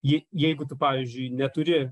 ji jeigu tu pavyzdžiui neturi